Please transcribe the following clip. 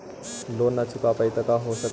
Loan न चुका पाई तो का हो सकता है?